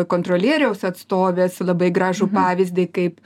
kontrolieriaus atstovės labai gražų pavyzdį kaip